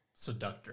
Seductor